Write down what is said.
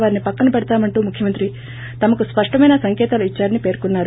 వారిని పక్కన పెడతామంటూ ముఖ్యమంత్రి తమకు స్పష్టమైన సంకేతాలు ఇచ్చారని పెర్కున్నారు